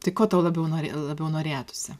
tai ko tau labiau norė labiau norėtųsi